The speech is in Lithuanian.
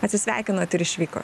atsisveikinot ir išvykot